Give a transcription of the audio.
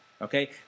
okay